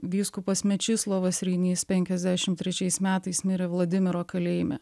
vyskupas mečislovas reinys penkiasdešimt trečiais metais mirė vladimiro kalėjime